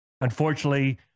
Unfortunately